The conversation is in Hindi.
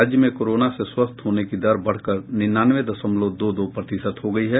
राज्य में कोरोना से स्वस्थ होने की दर बढ़कर निन्यानवे दशमलव दो दो प्रतिशत हो गयी है